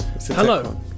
Hello